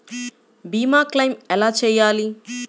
భీమ క్లెయిం ఎలా చేయాలి?